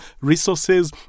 resources